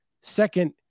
Second